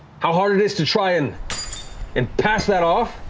how hard it is to try and and pass that off?